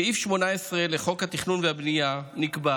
בסעיף 18 לחוק התכנון והבנייה נקבע